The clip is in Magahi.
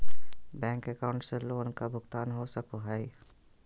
बैंक अकाउंट से लोन का भुगतान हो सको हई?